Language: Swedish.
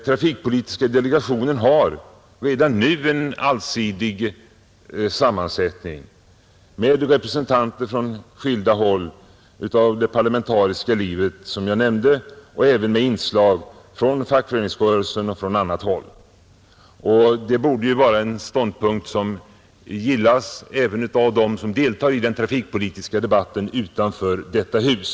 Trafikpolitiska delegationen har redan nu en allsidig sammansättning med representanter från skilda håll, för det parlamentariska livet, som jag nämnde, och även med inslag från fackföreningsrörelsen och från annat håll. Det borde ju vara något som gillas även av dem som deltar i den trafikpolitiska debatten utanför detta hus.